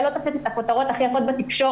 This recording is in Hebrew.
הוא לא תופס את הכותרות הכי יפות בתקשורת.